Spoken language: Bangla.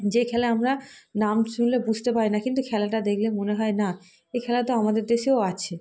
যে খেলা আমরা নাম শুনলে বুঝতে পারি না কিন্তু খেলাটা দেখলে মনে হয় না এ খেলা তো আমাদের দেশেও আছে